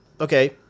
okay